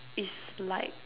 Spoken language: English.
is like